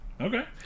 Okay